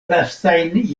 lastajn